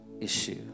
issue